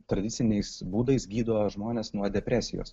tradiciniais būdais gydo žmones nuo depresijos